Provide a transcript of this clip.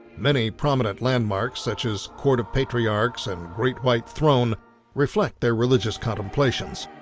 many prominent landmarks such as court of patriarchs and great white throne reflect their religious contemplations.